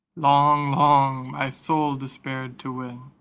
long, long my soul despaired to win,